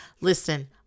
Listen